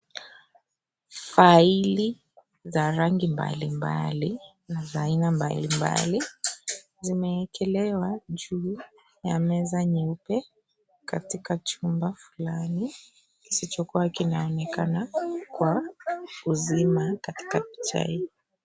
Faili za rangi mbali mbali na za aina mbalimbali zimeekelewa juu ya meza nyeupe katika chumba fulani kisichokuwa kinaonekana kwa uzima katika picha hii.